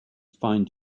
find